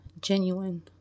genuine